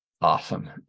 Awesome